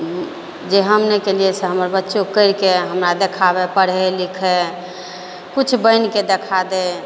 जे हम नहि केलियै से हमरो बच्चो करिके हमरा देखाबय पढ़य लिखय किछु बनिके देखा दै